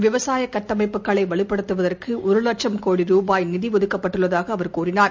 விவசாய கட்டமைப்புகளை வலுப்படுத்துவதற்கு ஒரு வட்சம் கோடி ரூபாய் நிதி ஒதுக்கப்பட்டுள்ளதாக அவர் கூறினார்